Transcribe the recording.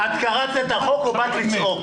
את קראת את החוק או באת לצעוק?